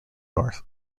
north